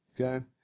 Okay